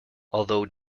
although